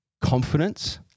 confidence